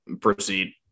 Proceed